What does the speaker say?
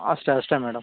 ಅಷ್ಟೇ ಅಷ್ಟೇ ಮೇಡಮ್